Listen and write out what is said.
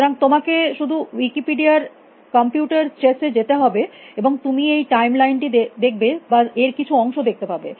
সুতরাং তোমাকে শুধু উইকিপেডিয়া র কম্পিউটার চেস এ যেতে হবে এবং তুমি এই টাইমলাইন টি দেখবে বা এর কিছু অংশ দেখতে পাবে